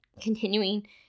continuing